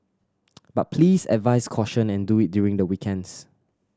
but please advise caution and do it during the weekends